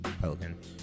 Pelicans